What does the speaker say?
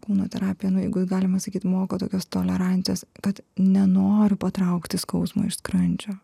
kūno terapija nu jeigu galima sakyt moko tokios tolerancijos kad nenoriu patraukti skausmo iš skrandžio